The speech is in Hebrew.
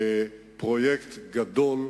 פרויקט גדול,